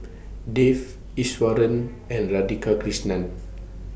Dev Iswaran and Radhakrishnan